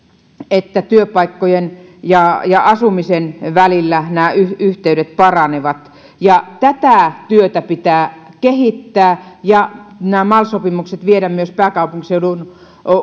että työpaikkojen ja ja asumisen välillä nämä yhteydet paranevat tätä työtä pitää kehittää ja nämä mal sopimukset viedä myös pääkaupunkiseudun